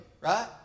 right